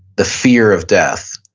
the fear of death.